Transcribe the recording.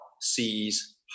sees